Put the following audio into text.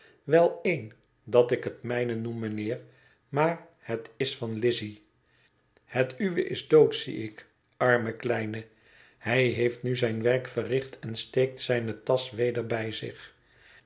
wel een dat ik het mijne noem mijnheer maar het is van lizzy het uwe is dood zie ik arme kleine hij heeft nu zijn werk verricht en steekt zijne tasch weder bij zich